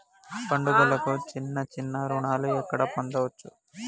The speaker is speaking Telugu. పండుగలకు చిన్న చిన్న రుణాలు ఎక్కడ పొందచ్చు?